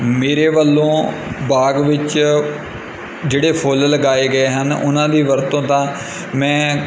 ਮੇਰੇ ਵੱਲੋਂ ਬਾਗ ਵਿੱਚ ਜਿਹੜੇ ਫੁੱਲ ਲਗਾਏ ਗਏ ਹਨ ਉਹਨਾਂ ਦੀ ਵਰਤੋਂ ਤਾਂ ਮੈਂ